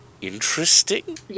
interesting